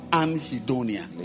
anhedonia